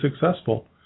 successful